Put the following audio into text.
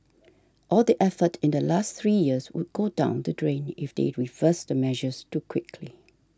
all the effort in the last three years would go down the drain if they refers the measures too quickly